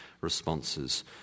responses